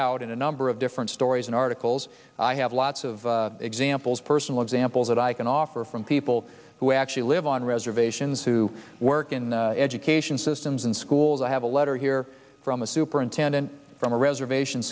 out in a number of different stories in articles i have lots of examples personal examples that i can offer from people who actually live on reservations who work in education systems and schools i have a letter here from a superintendent from a reservation